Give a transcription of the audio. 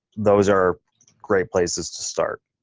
those are great places to start.